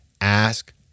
ask